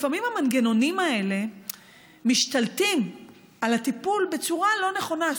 לפעמים המנגנונים האלה משתלטים על הטיפול בצורה לא נכונה.